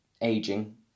aging